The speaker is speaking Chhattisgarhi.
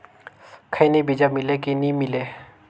खैनी बिजा मिले कि नी मिले?